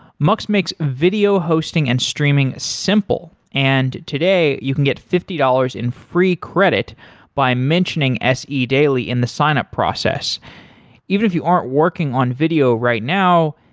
mux make video hosting and streaming simple and today, you can get fifty dollars in free credit by mentioning se daily in the signup process even if you aren't working on video right now,